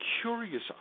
curious